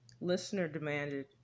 listener-demanded